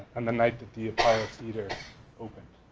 and the night that the apollo theater opened.